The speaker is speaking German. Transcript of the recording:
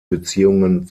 beziehungen